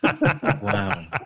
wow